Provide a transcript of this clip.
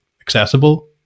accessible